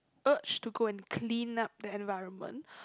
urge to go and clean up the environment